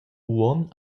uonn